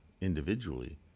individually